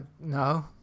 No